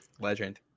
Legend